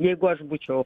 jeigu aš būčiau